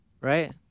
Right